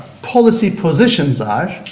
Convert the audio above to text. policy positions are.